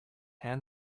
hand